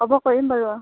হ'ব কৰিম বাৰু